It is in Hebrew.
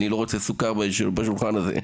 כי אני לא רוצה סוכר בשולחן הזה.